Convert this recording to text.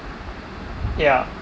yeah